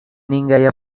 நீங்க